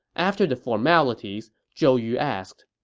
after the formalities, zhou yu asked,